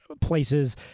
places